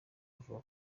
avuga